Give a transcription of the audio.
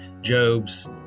Job's